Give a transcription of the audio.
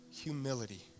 humility